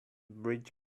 bridge